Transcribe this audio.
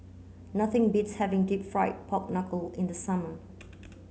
nothing beats having deep fried pork knuckle in the summer